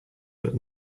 but